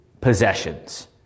possessions